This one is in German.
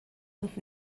und